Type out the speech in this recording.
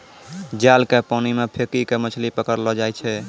जाल के पानी मे फेकी के मछली पकड़लो जाय छै